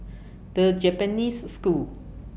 The Japanese School